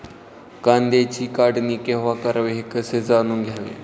कांद्याची काढणी केव्हा करावी हे कसे जाणून घ्यावे?